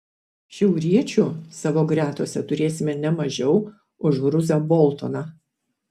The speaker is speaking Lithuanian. šiauriečių savo gretose turėsime ne mažiau už ruzą boltoną